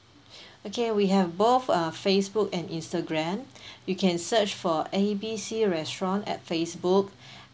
okay we have both uh Facebook and Instagram you can search for A B C restaurant at Facebook